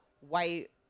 white